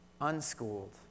unschooled